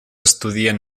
estudien